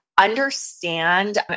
understand